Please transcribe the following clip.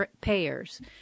payers